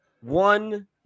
one